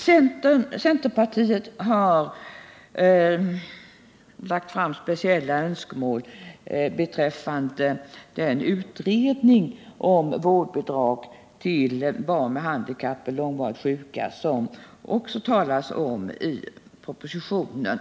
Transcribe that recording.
Centerpartiet har speciella önskemål beträffande utredningen om vårdbidrag till barn med handikapp och barn som är långvarigt sjuka, vilken också tas upp i propositionen.